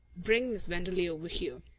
bring miss wenderley over here.